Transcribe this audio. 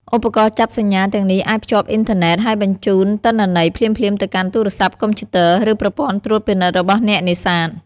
ឧបករណ៍ចាប់សញ្ញាទាំងនេះអាចភ្ជាប់អ៊ីនធឺណិត ហើយបញ្ជូនទិន្នន័យភ្លាមៗទៅកាន់ទូរស័ព្ទ កុំព្យូទ័រ ឬប្រព័ន្ធត្រួតពិនិត្យរបស់អ្នកនេសាទ។